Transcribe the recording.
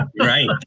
Right